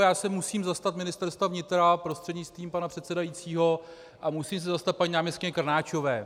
Já se musím zastat Ministerstva vnitra, prostřednictvím pana předsedajícího, a musím se zastat paní náměstkyně Krnáčové.